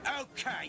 Okay